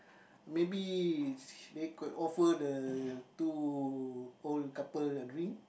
maybe they could offer the two old couple a drink